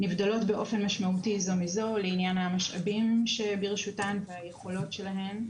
נבדלות באופן משמעותי זו מזו לעניין המשאבים שברשותן והיכולות שלהן,